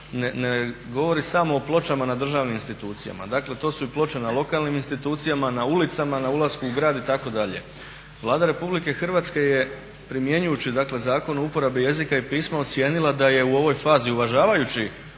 ne govorio samo o pločama na državnim institucijama, dakle to su i ploče na lokalnim institucijama, na ulicama, na ulasku u grad itd. Vlada Republike Hrvatske je primjenjujući dakle Zakon o uporabi jezika i pisma ocijenila da je u ovoj fazi uvažavajući